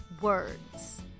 words